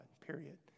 period